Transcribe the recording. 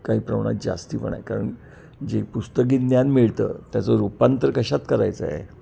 काही प्रमाणात जास्त पण आहे कारण जे पुस्तकी ज्ञान मिळतं त्याचं रुपांतर कशात करायचं आहे